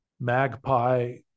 magpie